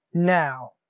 Now